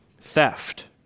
theft